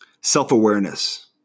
self-awareness